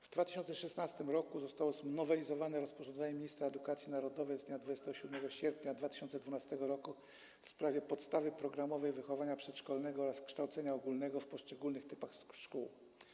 W 2016 r. zostało znowelizowane rozporządzenie ministra edukacji narodowej z dnia 27 sierpnia 2012 r. w sprawie podstawy programowej wychowania przedszkolnego oraz kształcenia ogólnego w poszczególnych typach szkół.